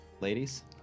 Ladies